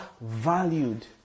valued